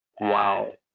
wow